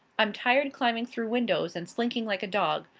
i'm tired climbing through windows and slinking like a dog.